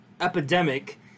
Epidemic